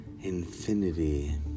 Infinity